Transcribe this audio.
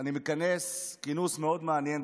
אני מכנס כינוס מאוד מעניין,